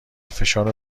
فشار